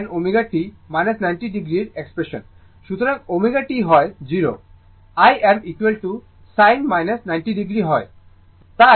যখন ω t হয় 0 Im sin 90 o হয় তাই Im